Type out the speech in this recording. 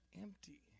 empty